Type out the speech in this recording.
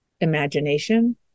imagination